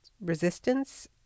resistance